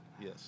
Yes